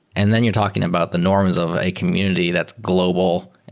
and then you're talking about the norms of a community that's global,